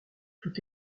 tout